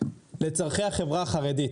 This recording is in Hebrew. לצרכי החברה החרדית